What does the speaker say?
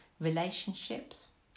relationships